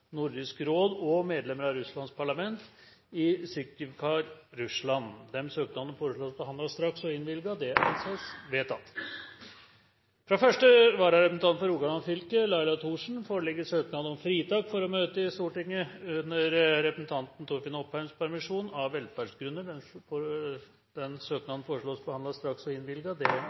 Nordisk råd og medlemmer av Russlands parlament i Syktyvkar, Russland. Disse søknader foreslås behandlet straks og innvilges. – Det anses vedtatt. Fra første vararepresentant for Rogaland fylke, Laila Thorsen, foreligger søknad om fritak for å møte i Stortinget under representanten Torfinn Opheims permisjon, av velferdsgrunner. Denne søknad foreslås behandlet straks og innvilges. – Det